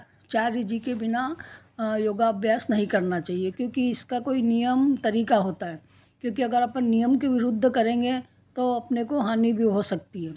आचार्य जी के बिना योग अभ्यास नहीं करना चाहिए क्योंकि इसका कोई नियम तरीका होता है क्योंकि अगर आपका नियम के विरुद्ध करेंगे तो अपने को हानि भी हो सकती है